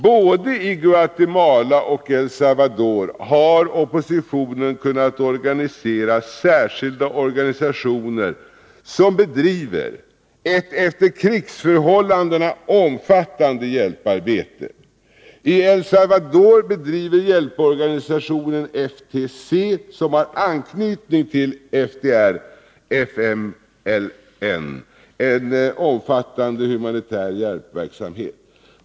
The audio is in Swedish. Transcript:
Både i Guatemala och El Salvador har oppositionen kunnat organisera särskilda organisationer som bedriver ett efter krigsförhållandena omfattande hjälparbete. I El Salvador bedriver hjälporganisationen FTC, som har anknytning till FDR/FMNL, en omfattande humanitär verksamhet.